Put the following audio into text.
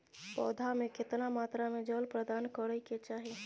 पौधा में केतना मात्रा में जल प्रदान करै के चाही?